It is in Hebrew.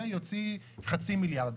זה יוציא חצי מיליארד.